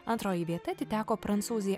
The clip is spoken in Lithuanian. antroji vieta atiteko prancūzei